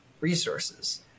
resources